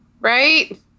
Right